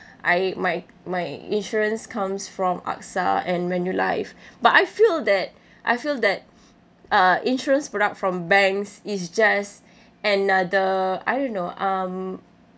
I my my insurance comes from AXA and Manulife but I feel that I feel that uh insurance product from banks is just another I don't know um